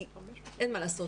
כי אין מה לעשות,